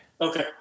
Okay